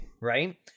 right